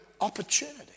opportunity